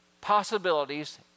possibilities